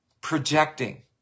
projecting